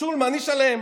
אז אני אשלם